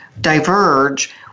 diverge